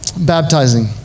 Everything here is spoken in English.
Baptizing